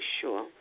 sure